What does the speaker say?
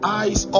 eyes